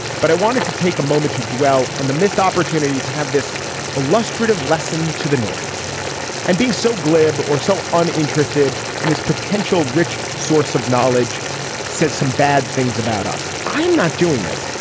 but i wanted to take a moment to dwell on the missed opportunity to have this illustrative lesson to the north and being so glib or so uninterested in this potential rich source of knowledge said some bad things about us. i'm not doing this.